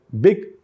big